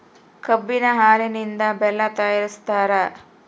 ಕಬ್ಬಿನ ಹಾಲಿನಿಂದ ಬೆಲ್ಲ ತಯಾರಿಸ್ತಾರ